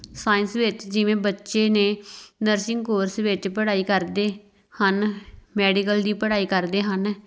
science ਵਿੱਚ ਜਿਵੇਂ ਬੱਚੇ ਨੇ ਨਰਸਿੰਗ ਕੋਰਸ ਵਿੱਚ ਪੜ੍ਹਾਈ ਕਰਦੇ ਹਨ ਮੈਡੀਕਲ ਦੀ ਪੜ੍ਹਾਈ ਕਰਦੇ ਹਨ